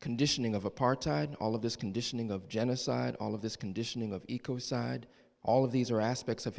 conditioning of apartheid all of this conditioning of genocide all of this conditioning of eco side all of these are aspects of